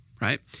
right